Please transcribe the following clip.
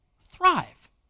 thrive